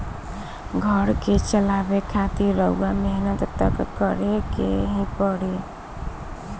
घर के चलावे खातिर रउआ मेहनत त करें के ही पड़ी